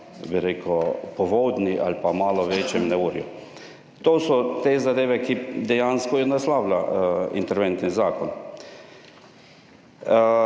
bi rekel, povodni ali pa malo večjem neurju. To so te zadeve, ki dejansko jih naslavlja interventni zakon.